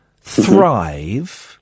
thrive